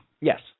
Yes